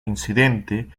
incidente